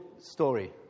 story